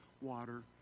water